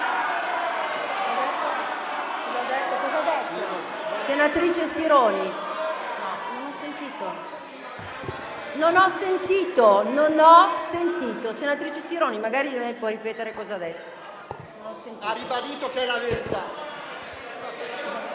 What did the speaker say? Senatrice Sironi. Non ho sentito, non ho sentito. Senatrice Sironi, magari lei può ripetere cosa ha detto. *(Commenti)*.